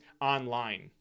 online